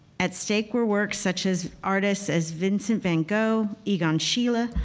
at stake were works such as artists as vincent van gogh, egon schiele, ah